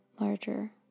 larger